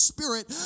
Spirit